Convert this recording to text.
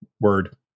Word